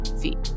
feet